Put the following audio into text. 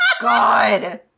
God